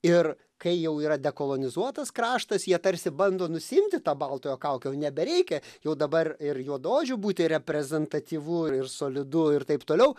ir kai jau yra dekolonizuotas kraštas jie tarsi bando nusiimti tą baltojo kaukę jau nebereikia jau dabar ir juodaodžiu būti reprezentatyvu ir solidu ir taip toliau